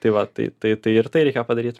tai va tai tai tai ir tai reikia padaryt